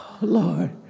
Lord